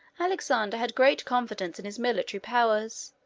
alexander had great confidence in his military powers,